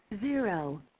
Zero